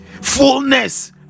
fullness